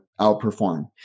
outperform